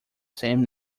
same